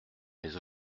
mais